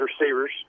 receivers